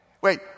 wait